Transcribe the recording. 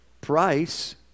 price